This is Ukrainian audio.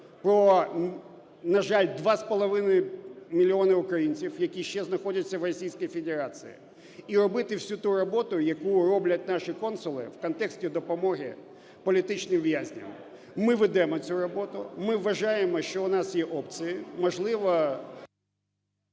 бо, на жаль, 2,5 мільйони українців, які ще знаходяться в Російській Федерації, і робити всю ту роботу, яку роблять наші консули в контексті допомоги політичним в'язням. Ми ведемо цю роботу. Ми вважаємо, що у нас є опції, можливо…